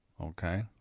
Okay